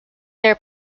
their